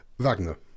Wagner